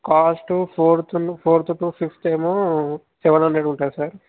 cost four to fourth to ఫిఫ్తేమో seven hundred ఉంటుంది sir